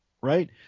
Right